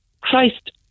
Christ